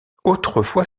autrefois